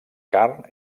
carn